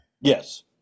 Yes